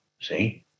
see